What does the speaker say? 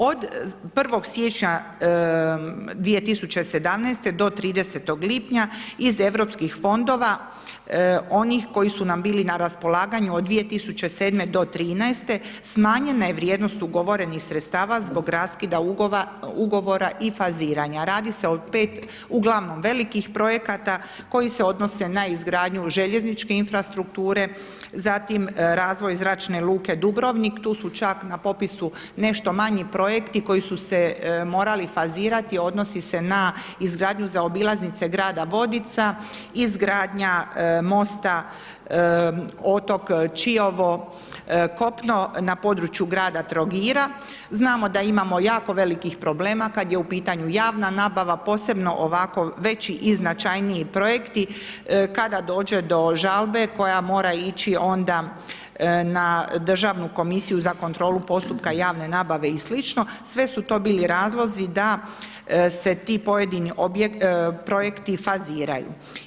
Od 1. siječnja 2017. do 30. lipnja iz europskih fondova onih koji su nam bili na raspolaganju od 2007. do 2013., smanjena je vrijednost ugovorenih sredstava zbog raskida ugovora i faziranja, radi se 5 uglavnom velikih projekata koji se odnose na izgradnju željezničke infrastrukture, zatim razvoj Zračne luke Dubrovnik, tu su čak na popisu nešto manji projekti koji su se morali fazirati, odnosi se na izgradnju za obilaznice grada Vodica, izgradnja mosta otok Čiovo kopno na području grada Trogira, znamo da imamo jako velikih problema kad je u pitanju javna nabava, posebno ovako veći i značajniji projekti, kada dođe do žalbe koja mora ići onda na Državnu komisiju za kontrolu postupka javne nabave i sli., sve su to bili razlozi da se ti pojedini projekti faziraju.